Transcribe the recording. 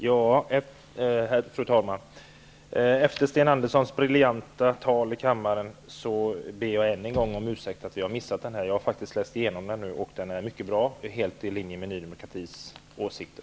Fru talman! Efter Sten Anderssons briljanta tal i kammaren ber jag än en gång om ursäkt för att vi missat motionen här. Jag har faktiskt läst igenom den nu. Den är mycket bra, helt i linje med Ny demokratis åsikter.